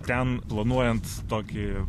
ten planuojant tokį